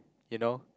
you know